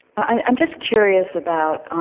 i'm just curious about